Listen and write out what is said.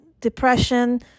depression